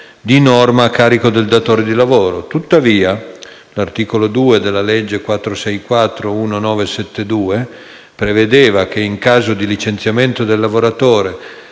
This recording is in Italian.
di norma a carico del datore di lavoro. Tuttavia, l'articolo 2 della legge n. 464 del 1972 prevedeva che in caso di licenziamento del lavoratore